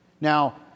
Now